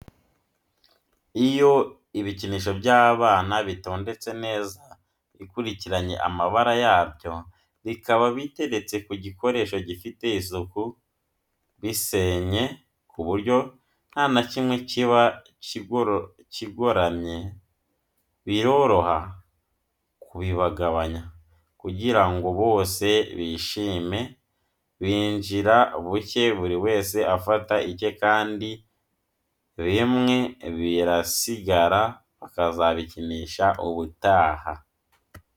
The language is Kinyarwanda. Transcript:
Iyo ibikinisho by'abana bitondetse neza bikurikije amabara yabyo, bikaba biteretse ku gikoresho gifite isuku, gisennye ku buryo nta na kimwe kiba kigoromanze, biroroha kubibagabanya, kugira ngo bose bishime, binjira buke buri wese afata icye, kandi bimwe birasigara bakazabikinisha ubutaha.